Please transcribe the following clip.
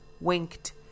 winked